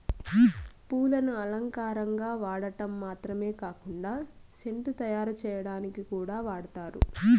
పూలను అలంకారంగా వాడటం మాత్రమే కాకుండా సెంటు తయారు చేయటానికి కూడా వాడతారు